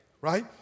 right